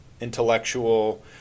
intellectual